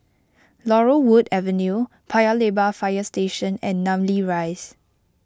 Laurel Wood Avenue Paya Lebar Fire Station and Namly Rise